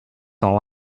all